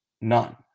none